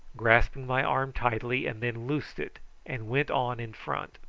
grasping my arm tightly, and then loosed it and went on in front.